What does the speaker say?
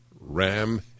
Ram